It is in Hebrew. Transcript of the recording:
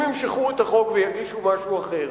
אם ימשכו את החוק ויגישו משהו אחר,